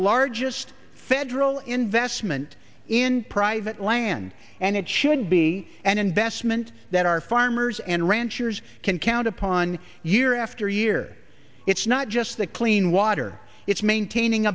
largest federal investment in private land and it should be an investment that our farmers and ranchers can count upon year after year it's not just the clean water it's maintaining